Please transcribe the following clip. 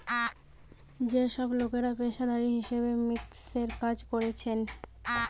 যে সব লোকরা পেশাদারি হিসাব মিক্সের কাজ করতিছে